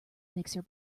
mixer